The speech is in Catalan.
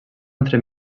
entre